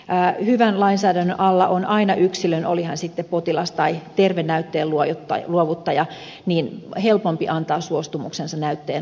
hyvän lainsäädännön alla on aina yksilön oli hän sitten potilas tai terve näytteen luovuttaja helpompi antaa suostumuksensa näytteen luovuttamiselle